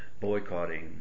boycotting